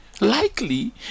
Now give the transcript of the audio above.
Likely